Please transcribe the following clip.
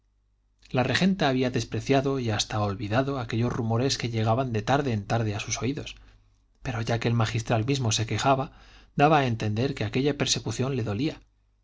la regenta había despreciado y hasta olvidado aquellos rumores que llegaban de tarde en tarde a sus oídos pero ya que el magistral mismo se quejaba daba a entender que aquella persecución le dolía